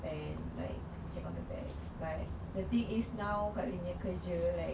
and like check on the bag but the thing is now kak punya kerja like